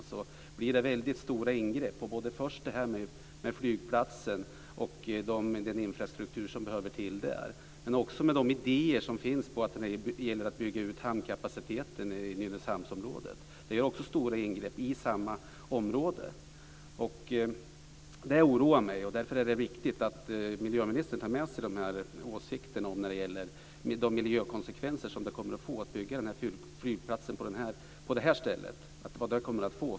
Det gäller den infrastruktur som behövs för en flygplats, men det gäller också de idéer som finns om att bygga ut hamnkapaciteten i Nynäshamnsområdet. Det innebär också stora ingrepp i samma område. Det här oroar mig. Därför är det viktigt att miljöministern tar med sig åsikterna när det gäller de miljökonsekvenser som det får för framtiden att bygga en flygplats på det här stället.